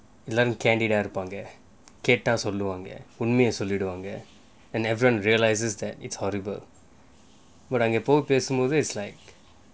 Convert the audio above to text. learn candid ah இருப்பாங்க கேட்ட சொல்வாங்க உண்மைய சொல்லிடுவாங்க:iruppanga ketta solvanga unmaiya solliduvanga and everyone realises that it's horrible but எப்போதும் பேசும்போது:eppothum pesumpothu is like